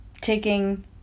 taking